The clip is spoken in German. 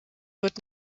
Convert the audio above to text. wird